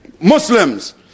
Muslims